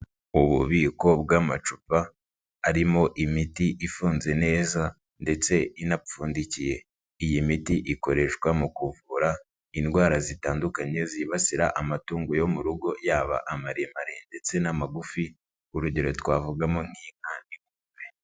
Ububiko bw'amacupa arimo imiti ifunze neza ndetse inapfundikiye, iyi miti ikoreshwa mu kuvura indwara zitandukanye zibasira amatungo yo mu rugo yaba maremare ndetse n'amagufi, urugero twavugamo nk'inka.